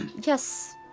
Yes